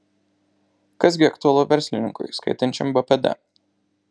kas gi aktualu verslininkui skaitančiam bpd